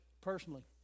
personally